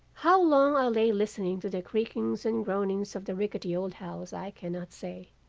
how long i lay listening to the creakings and groanings of the rickety old house, i cannot say,